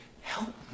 help